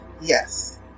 Yes